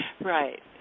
right